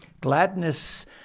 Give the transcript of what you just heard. Gladness